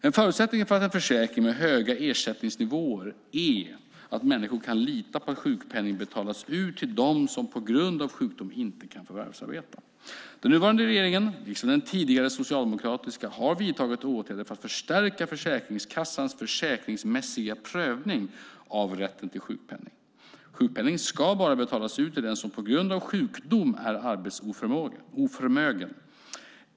En förutsättning för en försäkring med höga ersättningsnivåer är att människor kan lita på att sjukpenning betalas ut till dem som på grund av sjukdom inte kan förvärvsarbeta. Den nuvarande regeringen, liksom den tidigare socialdemokratiska, har vidtagit åtgärder för att förstärka Försäkringskassans försäkringsmässiga prövning av rätten till sjukpenning. Sjukpenning ska bara betalas ut till den som på grund av sjukdom är arbetsoförmögen.